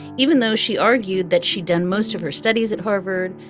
even though she argued that she'd done most of her studies at harvard,